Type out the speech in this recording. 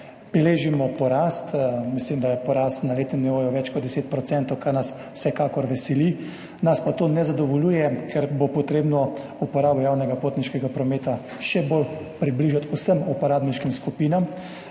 Beležimo porast, mislim, da je porast na letnem nivoju več kot 10 %, kar nas vsekakor veseli, nas pa to ne zadovoljuje, ker bo potrebno uporabo javnega potniškega prometa še bolj približati vsem uporabniškim skupinam.